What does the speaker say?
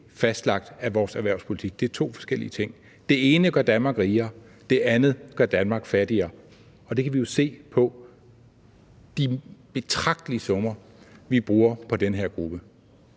fastlagt af vores erhvervspolitik, for det er to forskellige ting. Det ene gør Danmark rigere, mens det andet gør Danmark fattigere, og det kan vi jo se på de betragtelige summer, vi bruger på den her gruppe